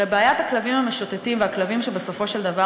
הרי בעיית הכלבים המשוטטים והכלבים שבסופו של דבר